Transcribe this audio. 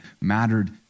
mattered